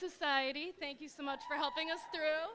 society thank you so much for helping us through